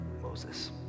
Moses